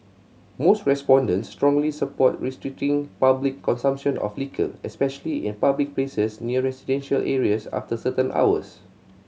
most respondents strongly support restricting public consumption of liquor especially in public places near residential areas after certain hours